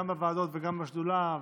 גם בוועדות וגם בשדולה,